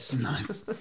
Nice